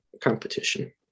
competition